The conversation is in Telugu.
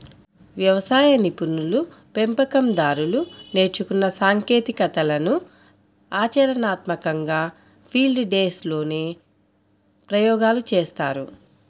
వ్యవసాయ నిపుణులు, పెంపకం దారులు నేర్చుకున్న సాంకేతికతలను ఆచరణాత్మకంగా ఫీల్డ్ డేస్ లోనే ప్రయోగాలు చేస్తారు